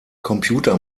computer